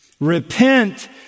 Repent